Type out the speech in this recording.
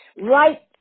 right